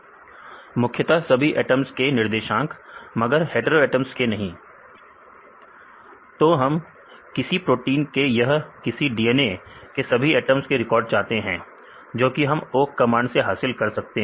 विद्यार्थी निर्देशांक मुख्यतः सभी अटम्स के निर्देशांक मगर हेटेरोएटम्स के नहीं तो हम किसी प्रोटीन के या किसी डीएनए के सभी एटम्स के रिकॉर्ड चाहते हैं जो कि हम ओक कमांड से हासिल कर सकते हैं